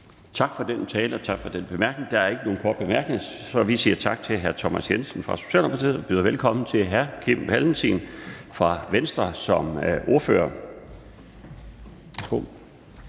Tak for den tale, og tak for den bemærkning. Der er ikke nogen korte bemærkninger, så vi siger tak til hr. Thomas Jensen fra Socialdemokratiet og byder velkommen til hr. Kim Valentin som ordfører